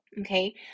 okay